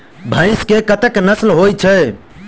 भैंस केँ कतेक नस्ल होइ छै?